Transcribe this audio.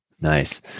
Nice